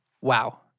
Wow